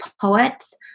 poets